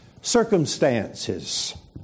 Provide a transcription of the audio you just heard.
circumstances